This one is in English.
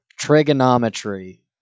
trigonometry